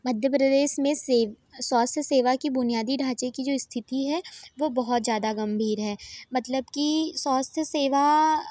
मध्य प्रदेश में से स्वास्थय सेवा की बुनियादी ढाँचे की जो स्थिति है वह बहुत ज़्यादा गम्भीर है मतलब कि स्वास्थय सेवा